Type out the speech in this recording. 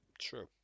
True